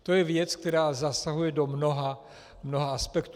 To je věc, která zasahuje do mnoha aspektů.